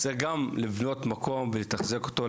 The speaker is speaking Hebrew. צריך גם לבנות מקום ולתחזק אותו,